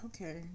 Okay